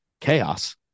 chaos